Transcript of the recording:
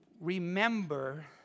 remember